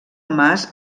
mas